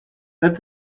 that